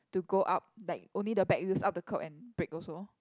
to go up like only the back wheels up the curb and brake also